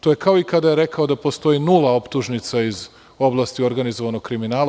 To je kao i kada je rekao da postoji nula optužnica iz oblasti organizovanog kriminala.